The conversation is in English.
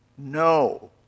No